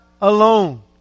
alone